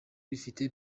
ifite